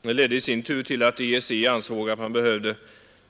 Detta ledde i sin tur till att EEC ansåg att man behövde